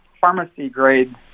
pharmacy-grade